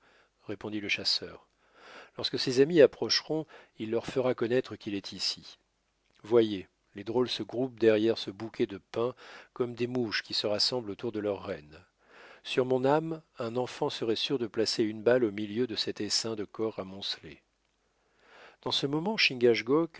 répondit le chasseur lorsque ses amis approcheront il leur fera connaître qu'il est ici voyez les drôles se groupent derrière ce bouquet de pins comme des mouches qui se rassemblent autour de leur reine sur mon âme un enfant serait sûr de placer une balle au milieu de cet essaim de corps amoncelés dans ce moment